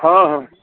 हँ हँ